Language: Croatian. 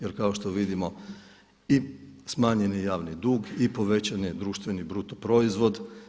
Jer kao što vidimo i smanjen je javni dug i povećan je društveni brutoproizvod.